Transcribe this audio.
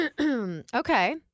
Okay